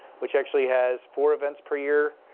which actually has four events per year.